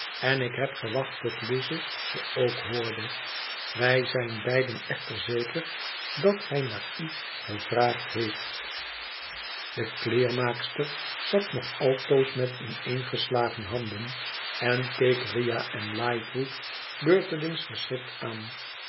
en ik heb gewacht tot lize ze ook hoorde wij zijn beiden echter zeker dat hij naar u gevraagd heeft de kleermaakster zat nog altoos met ineengeslagen handen en keek riah en lightwood beurtelin verschrikt aan